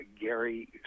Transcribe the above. Gary